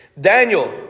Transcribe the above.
Daniel